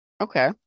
Okay